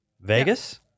Vegas